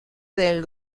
del